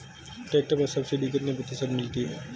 Tractor पर subsidy कितने प्रतिशत मिलती है?